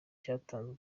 cyatanzwe